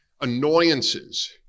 annoyances